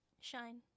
shine